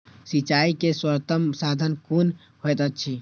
सिंचाई के सर्वोत्तम साधन कुन होएत अछि?